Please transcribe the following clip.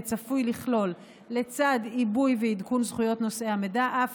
צפוי לכלול לצד עיבוי ועדכון זכויות נושאי המידע אף